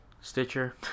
Stitcher